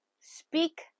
speak